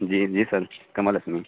जि जि सन् कमलः अस्मि